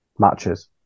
matches